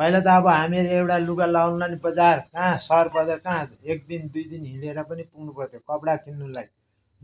पहिला त अब हामीले एउटा लुगा लाउनुलाई पनि बजार कहाँ सहर बजार कहाँ एकदिन दुईदिन हिँडेर पनि पुग्नु पर्थ्यो कपडा किन्नुलाई